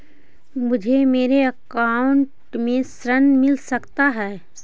मुझे मेरे अकाउंट से ऋण मिल सकता है?